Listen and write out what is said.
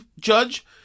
judge